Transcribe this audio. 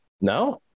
No